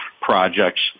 projects